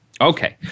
Okay